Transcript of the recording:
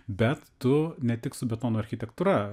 bet tu ne tik su betono architektūra